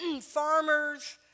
farmers